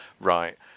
right